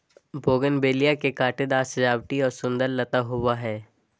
bougainvillea के कांटेदार सजावटी और सुंदर लता होबा हइ